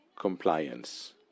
Compliance